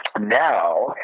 Now